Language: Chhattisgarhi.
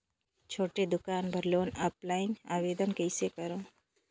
छोटे दुकान बर लोन ऑफलाइन आवेदन कइसे करो?